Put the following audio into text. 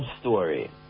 Story